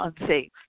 unsafe